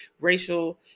racial